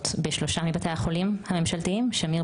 בשלושה מבתי החולים הממשלתיים: שמיר,